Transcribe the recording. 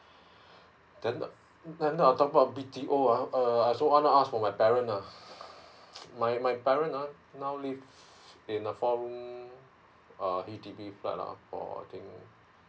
then then I want to talk about B T O ah uh I also want to ask for my parent nah my my parent nah now live in a four room H_D_B flat lah for I think